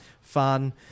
fun